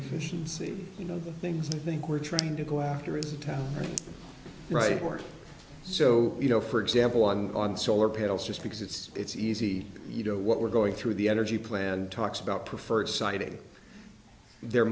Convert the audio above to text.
efficiency you know the things i think we're trying to go after is a town right work so you know for example one on solar panels just because it's it's easy you know what we're going through the energy plan talks about preferred citing there